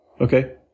Okay